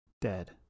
dead